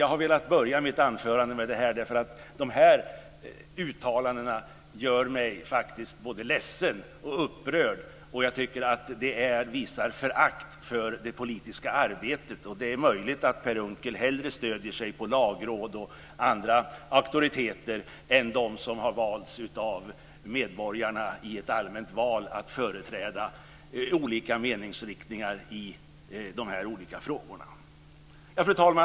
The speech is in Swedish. Jag har velat börja mitt anförande med att ta upp detta, därför att dessa uttalanden gör mig faktiskt både ledsen och upprörd. Jag tycker att det visar förakt för det politiska arbetet. Det är möjligt att Per Unckel hellre stöder sig på lagråd och andra auktoriteter än på dem som medborgarna i ett allmänt val har valt att företräda olika meningsriktningar i dessa olika frågor. Fru talman!